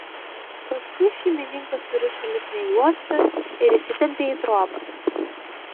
paskui šeimininką surišo lipnia juosta ir įsitempė į trobą